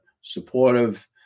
supportive